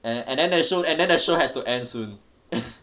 and then the show and then the show has to end soon